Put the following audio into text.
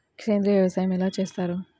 సేంద్రీయ వ్యవసాయం ఎలా చేస్తారు?